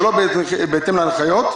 שלא בהתאם להנחיות,